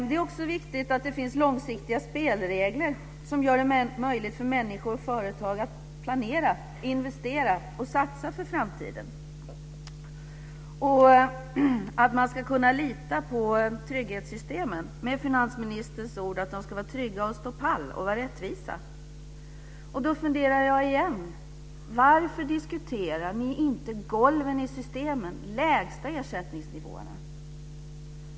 Det är också viktigt att det finns långsiktiga spelregler som gör det möjligt för människor och företag att planera, investera och satsa för framtiden. Man ska kunna lita på trygghetssystemen. Finansministern sade att de ska vara trygga och stå pall och vara rättvisa. Då funderar jag igen på varför ni inte diskuterar golven i systemen - de lägsta ersättningsnivåerna.